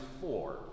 four